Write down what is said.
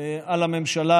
על הממשלה,